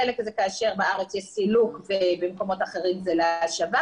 חלק זה כאשר בארץ יש סילוק ובמקומות אחרים זה להשבה,